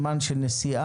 זמן של נסיעה,